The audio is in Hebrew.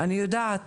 אני יודעת